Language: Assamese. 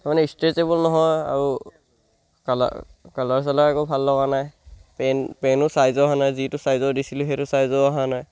তাৰমানে ষ্ট্ৰেচেবল নহয় আৰু কালাৰ কালাৰ চালাৰ আকৌ ভাল লগা নাই পেণ্ট পেণ্টো চাইজৰ অহা নাই যিটো চাইজৰ দিছিলোঁ সেইটো চাইজো অহা নাই